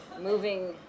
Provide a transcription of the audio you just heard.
moving